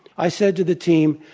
i said to the team,